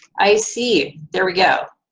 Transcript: i see, there we go.